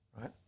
right